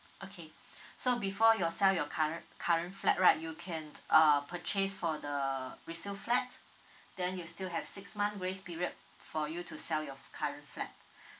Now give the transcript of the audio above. okay so before your sell your current current flat right you can uh purchase for the resale flat then you still have six month grace period for you to sell your current flat